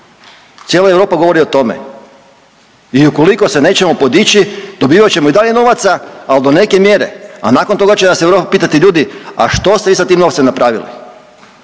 cijela Europa govori o tome i ukoliko se nećemo podići dobivat ćemo i dalje novaca, al do neke mjere, a nakon toga će nas Europa pitati ljudi, a što ste vi sa tim novcem napravili,